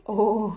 oh